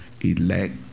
elect